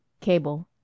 Cable